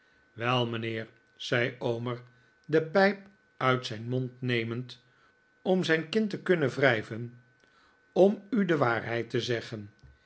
wel mijnheer zei omer de pijp uit zijn mond nemend om zijn kin te kunnen wrijven orri u de waarheid te zeggen